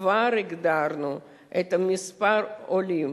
כבר הגדרנו את מספר העולים